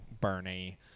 Bernie